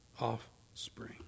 offspring